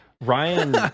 Ryan